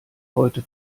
heute